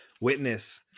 witness